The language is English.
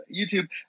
youtube